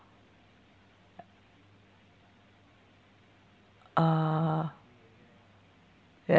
uh